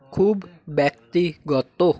খুব ব্যক্তিগত